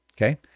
Okay